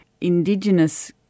indigenous